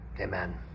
Amen